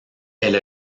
elle